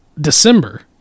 December